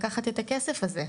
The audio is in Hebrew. לקחת את הכסף הזה,